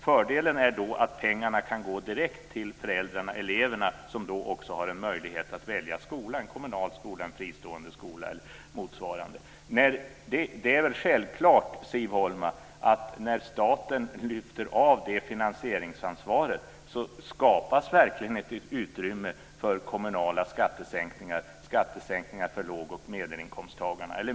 Fördelen är då att pengarna kan gå direkt till föräldrarna och eleverna som då också har en möjlighet att välja skola - en kommunal skola, en fristående skola eller motsvarande. Det är väl självklart, Siv Holma, att när staten lyfter av det finansieringsansvaret, skapas verkligen ett utrymme för kommunala skattesänkningar för lågoch medelinkomsttagarna.